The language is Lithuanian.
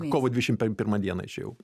kovo dvidešimt pirmą dieną išėjau